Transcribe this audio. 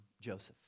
Joseph